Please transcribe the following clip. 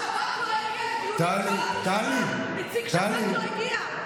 השב"כ לא הגיע לדיון, נציג השב"כ לא הגיע לדיון.